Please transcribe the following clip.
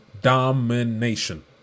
Domination